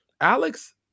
Alex